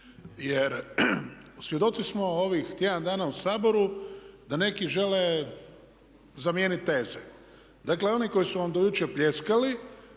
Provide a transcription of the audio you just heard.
Jer svjedoci smo ovih tjedan dana u Saboru da neki žele zamijeniti teze. Dakle, oni koji su vam do jučer pljeskali,